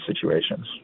situations